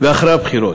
ואחרי הבחירות,